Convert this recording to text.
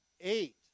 eight